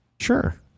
Sure